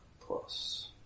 plus